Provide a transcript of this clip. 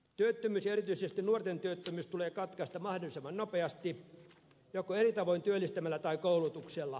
työttömyys ja erityisesti nuorten työttömyys tulee katkaista mahdollisimman nopeasti joko eri tavoin työllistämällä tai koulutuksella